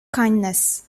kindness